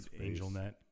AngelNet